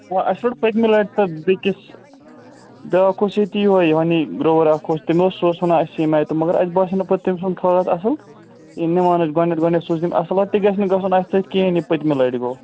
آ اَسہِ روٚٹ پٔتۍمہِ لَٹہِ تہٕ بیٚیہِ کِس بیٛاکھ اوس ییٚتہِ یُہَے یِوان یہِ گرٛوٚوَر اَکھ اوس تٔمۍ اوس سُہ اوس ونان اَسہِ مگر اَسہِ باسیو نہٕ پَتہٕ تٔمۍ سُنٛد خاص اَصٕل یِم نِوان ٲسۍ گۄڈٕنٮ۪تھ گۄڈٕنٮ۪تھ سوٗزۍ تٔمۍ اَصٕل تہِ گژھِ نہٕ گژھُن اَسہِ سۭتۍ کِہیٖنۍ یہِ پٔتۍمہِ لَٹہِ گوٚو